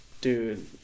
Dude